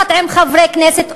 יחד עם חברי כנסת.